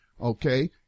Okay